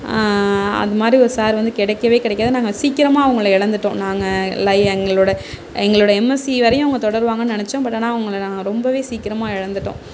அது மாதிரி ஒரு சார் வந்து கிடைக்கவே கிடைக்காது நாங்கள் சீக்கிரமா அவங்கள இழந்துட்டோம் நாங்கள் எங்களோட எங்களோட எம்எஸ்சி வரையும் அவங்க தொடர்வாங்கன்னு நெனைச்சோம் பட் ஆனால் அவங்கள ரொம்ப சீக்கிரமா இழந்துட்டோம்